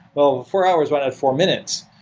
well, four hours. why not four minutes?